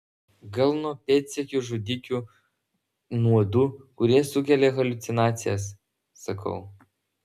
gal nuo pėdsekių žudikių nuodų kurie sukelia haliucinacijas sakau